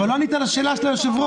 אבל לא ענית לשאלה של היושב-ראש.